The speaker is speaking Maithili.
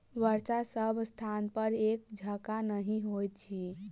वर्षा सभ स्थानपर एक जकाँ नहि होइत अछि